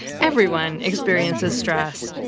everyone experiences stress.